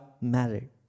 married